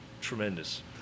tremendous